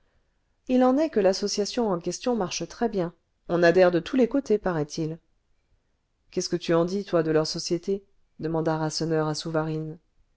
il en est que l'association en question marche très bien on adhère de tous les côtés paraît-il qu'est-ce que tu en dis toi de leur société demanda rasseneur à souvarine